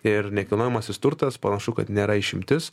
ir nekilnojamasis turtas panašu kad nėra išimtis